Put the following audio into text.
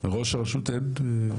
זה קודם כל עניין תרבותי.